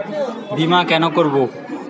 বিমা কেন করব?